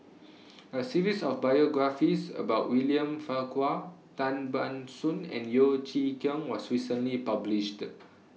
A series of biographies about William Farquhar Tan Ban Soon and Yeo Chee Kiong was recently published